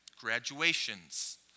Graduations